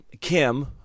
Kim